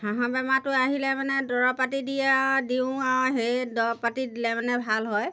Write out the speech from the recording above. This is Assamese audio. হাঁহৰ বেমাৰটো আহিলে মানে দৰৱ পাতি দিয়ে আৰু দিওঁ আৰু সেই দৰৱ পাতি দিলে মানে ভাল হয়